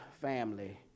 family